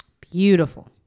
Beautiful